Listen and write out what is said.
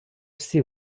всі